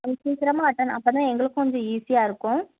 கொஞ்சம் சீக்கிரமாக அட்டண்ட் அப்போதான் எங்களுக்கும் கொஞ்சம் ஈஸியாக இருக்கும்